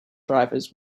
drivers